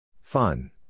Fun